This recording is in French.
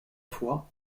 fois